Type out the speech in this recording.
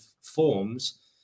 forms